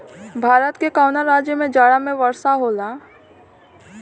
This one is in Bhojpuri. भारत के कवना राज्य में जाड़ा में वर्षा होला?